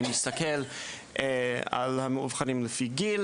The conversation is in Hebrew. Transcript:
נתסכל על המאובחנים לפי גיל